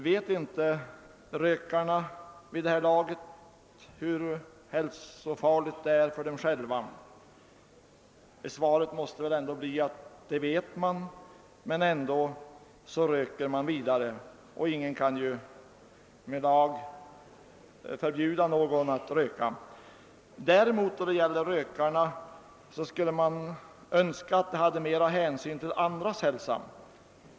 Vet inte rökarna vid det här laget hur hälsofarligt det är för dem själva? Svaret måste väl ändå bli, att det vet man, men ändå fortsätter man att röka, och ingen kan ju med lag förbjuda någon att röka. Däremot skulle man önska att rökarna visade mera hänsyn till andras hälsa.